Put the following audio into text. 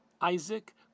Isaac